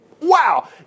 Wow